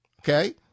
okay